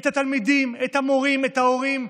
את התלמידים, את המורים, את ההורים.